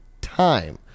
time